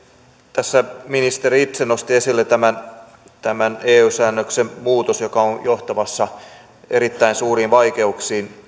tässä ministeri itse nosti esille tämän tämän eu säännöksen muutoksen joka on aiheuttamassa erittäin suuria vaikeuksia